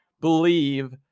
believe